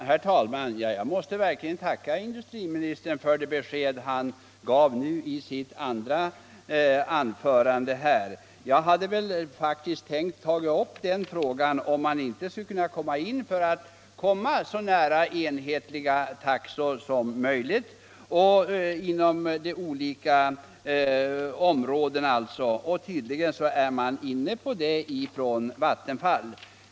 Herr talman! Jag måste verkligen tacka industriministern för det besked han gav i sitt andra anförande. Jag hade faktiskt tänkt ta upp frågan om man inte skulle försöka gå in för att komma så nära enhetliga taxor som möjligt inom de olika områdena. Tydligen är man inne på det hos Vattenfall.